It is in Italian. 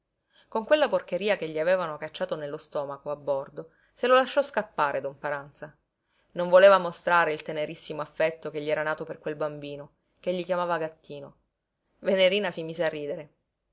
con quella porcheria che gli avevano cacciato nello stomaco a bordo se lo lasciò scappare don paranza non voleva mostrare il tenerissimo affetto che gli era nato per quel bimbo ch'egli chiamava gattino venerina si mise a ridere